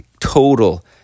total